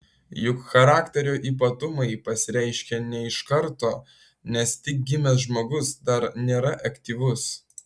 juk charakterio ypatumai pasireiškia ne iš karto nes tik gimęs žmogus dar nėra aktyvus